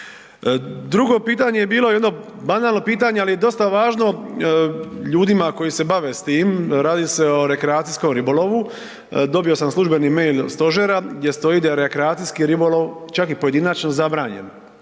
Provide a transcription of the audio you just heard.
Drugo pitanje je bilo jedno banalno pitanje, ali je dosta važno ljudima koji se bave s tim. Radi se o rekreacijskom ribolovu, dobio sam službeni mail stožera gdje stoji da je rekreacijski ribolov čak i pojedinačno zabranjen.